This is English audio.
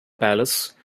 palace